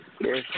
Yes